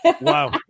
Wow